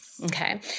Okay